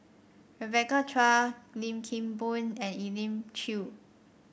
Rebecca Chua Lim Kim Boon and Elim Chew